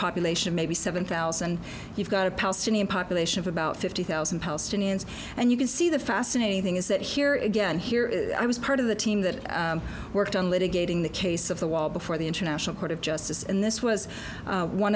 population maybe seven thousand you've got a palestinian population of about fifty thousand palestinians and you can see the fascinating is that here again here is i was part of the team that worked on litigating the case of the wall before the international court of justice and this was